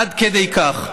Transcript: עד כדי כך.